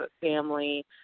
family